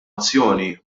azzjoni